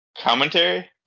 Commentary